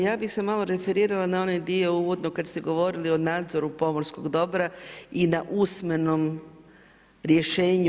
Ja bi se malo referirala na onaj dio uvodno kad ste govorili o nadzoru pomorskog dobra i na usmenom rješenju.